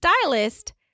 stylist